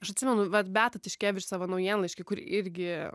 aš atsimenu vat beata tiškevič savo naujienlaišky kur irgi